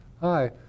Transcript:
Hi